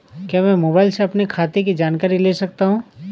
क्या मैं मोबाइल से अपने खाते की जानकारी ले सकता हूँ?